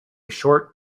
short